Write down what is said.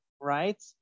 right